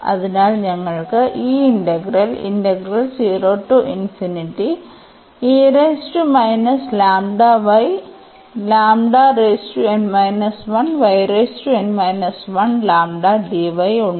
അതിനാൽ ഞങ്ങൾക്ക് ഈ ഇന്റഗ്രൽ ഉണ്ട്